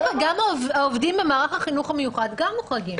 דרך אגב, גם העובדים במערך החינוך המיוחד מוחרגים.